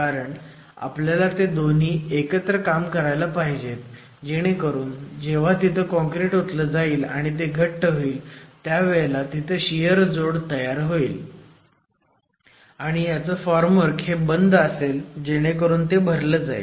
कारण आपल्याला ते दोन्ही एकत्र काम करायला पाहिजेत जेणेकरून जेव्हा तिथं काँक्रिट ओतलं जाईल आणि ते घट्ट होईल त्यावेळेला तिथं शियर जोड तयार होईल आणि ह्याचं फॉर्मवर्क हे बंद असेल जेणेकरून ते भरलं जाईल